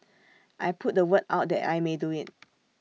I put the word out that I may do IT